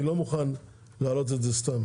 אני לא מוכן להעלות את זה סתם.